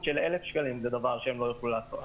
של 1,000 שקלים זה דבר שהם לא יוכלו לעשות,